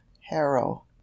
harrow